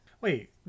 Wait